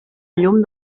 llum